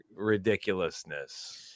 ridiculousness